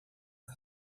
and